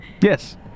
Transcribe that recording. Yes